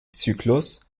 zyklus